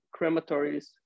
crematories